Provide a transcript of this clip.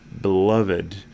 beloved